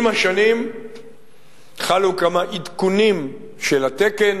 עם השנים חלו כמה עדכונים של התקן.